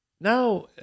now